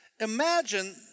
Imagine